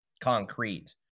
concrete